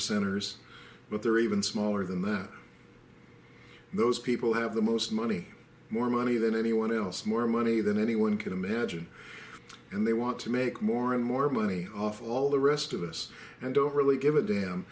percenters but they're even smaller than that those people have the most money more money than anyone else more money than anyone can imagine and they want to make more and more money off of all the rest of us and don't really give a damn